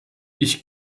ich